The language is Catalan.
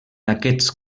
aquests